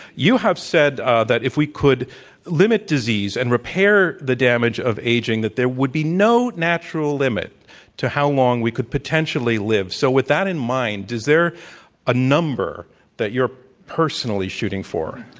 you have said ah that if we could limit disease and repair the damage of aging, that there would be no natural limit to how long we could potentially liv e. so with that in mind, is there a number that you're personally shooti ng for?